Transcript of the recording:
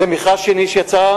זה מכרז שני שיצא,